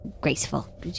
graceful